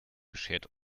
beschert